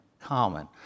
common